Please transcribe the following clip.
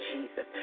Jesus